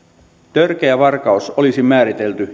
törkeä varkaus olisi määritelty